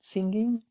Singing